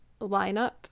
lineup